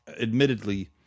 admittedly